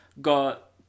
Got